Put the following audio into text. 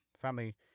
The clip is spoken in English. family